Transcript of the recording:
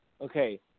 Okay